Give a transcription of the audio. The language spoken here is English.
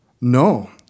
No